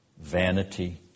vanity